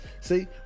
See